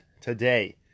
today